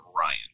Ryan